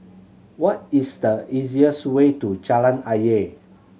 what is the easiest way to Jalan Ayer